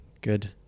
good